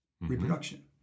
reproduction